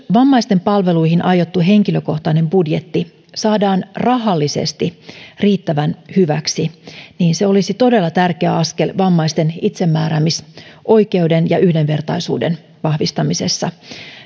vammaisten palveluihin aiottu henkilökohtainen budjetti saadaan rahallisesti riittävän hyväksi niin se olisi todella tärkeä askel vammaisten itsemääräämisoikeuden ja yhdenvertaisuuden vahvistamisessa